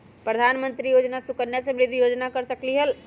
प्रधानमंत्री योजना सुकन्या समृद्धि योजना कर सकलीहल?